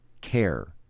care